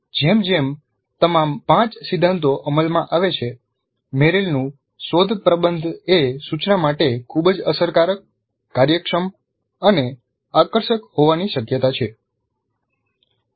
જેમ જેમ તમામ પાંચ સિદ્ધાંતો અમલમાં આવે છે મેરિલનું શોધ પ્રબંધ એ સૂચના માટે ખૂબ જ અસરકારક કાર્યક્ષમ અને આકર્ષક હોવાની શક્યતા છે